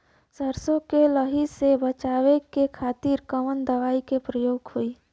सरसो के लही से बचावे के खातिर कवन दवा के प्रयोग होई?